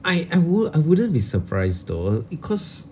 I I w~ I wouldn't be surprised though because